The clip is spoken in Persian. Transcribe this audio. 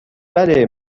بله